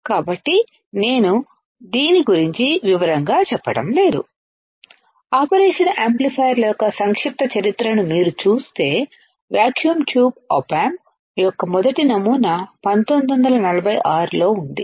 కాబట్టి నేను దీని గురించి వివరంగా చెప్పడం లేదు ఆపరేషన్ యాంప్లిఫైయర్ల యొక్క సంక్షిప్త చరిత్రను మీరు చూస్తే వాక్యూమ్ ట్యూబ్ ఆప్ ఆంప్ యొక్క మొదటి నమూనా 1946 లో ఉంది